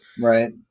Right